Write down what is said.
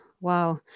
Wow